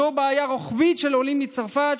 זו בעיה רוחבית של העולים מצרפת,